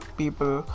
people